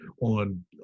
on